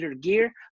Gear